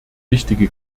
wichtige